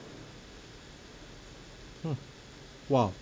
mm !wow!